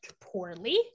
poorly